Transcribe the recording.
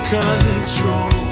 control